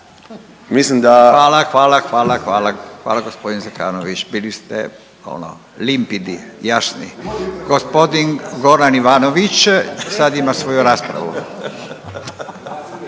Hvala, hvala, hvala, hvala gospodin Zekanović bili ste ono limpidi, jasni. Gospodin Goran Ivanović sad ima svoju raspravu.